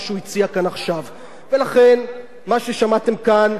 ולכן, מה ששמעתם כאן מפי שר המשפטים,